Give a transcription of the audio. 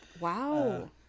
Wow